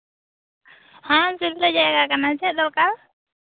ᱦᱮᱸ ᱡᱩᱫᱟᱹ ᱡᱟᱭᱜᱟ ᱠᱟᱱᱟ ᱪᱮᱫ ᱫᱚᱨᱠᱟᱨ